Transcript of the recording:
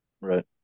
Right